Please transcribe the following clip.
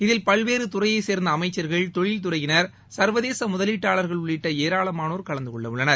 இதில் பல்வேறு துறையைச் சேர்ந்த அமைச்சர்கள் தொழில் துறையினர் சர்வதேச முதலீட்டாளர்கள் உள்ளிட்ட ஏராளமானேர் கலந்து கொள்ளவுள்ளனர்